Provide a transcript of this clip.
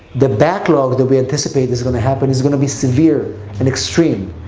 the backlog that we anticipate is going to happen, is going to be severe and extreme.